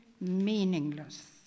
meaningless